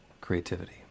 creativity